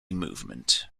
movement